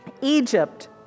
Egypt